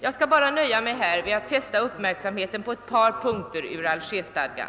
Jag skall här nöja mig med att fästa uppmärksamheten på ett par punkter i Algerstadgan.